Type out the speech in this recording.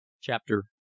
Chapter